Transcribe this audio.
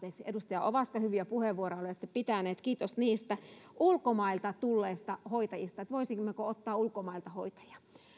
edustaja ovaska hyviä puheenvuoroja olette pitänyt kiitos niistä kysyitte ulkomailta tulleista hoitajista voisimmeko ottaa ulkomailta hoitajia